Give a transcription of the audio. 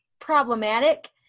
problematic